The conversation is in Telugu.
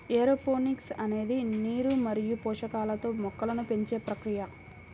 ఏరోపోనిక్స్ అనేది నీరు మరియు పోషకాలతో మొక్కలను పెంచే ప్రక్రియ